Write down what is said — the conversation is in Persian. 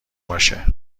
باشه